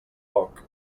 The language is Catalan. poc